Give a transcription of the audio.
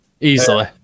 Easily